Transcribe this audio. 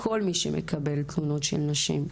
לכל מי שמקבל תלונות של נשים,